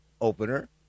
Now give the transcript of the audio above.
opener